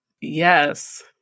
Yes